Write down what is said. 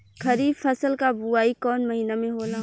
खरीफ फसल क बुवाई कौन महीना में होला?